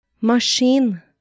Machine